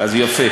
יפה.